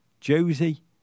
Josie